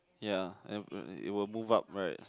ya and it will move up right